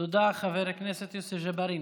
תודה, חבר הכנסת יוסף ג'בארין.